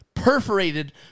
perforated